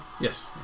Yes